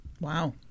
Wow